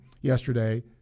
yesterday